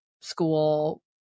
school